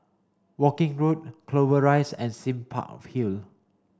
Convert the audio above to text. Woking Road Clover Rise and Sime Park Hill